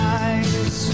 eyes